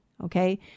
Okay